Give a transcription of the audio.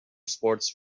sports